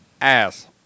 ass